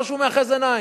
או שהוא מאחז עיניים.